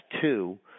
two